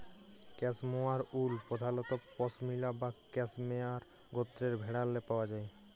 cashmere wool পধালত পশমিলা বা ক্যাসমোয়ার গত্রের ভেড়াল্লে পাউয়া যায়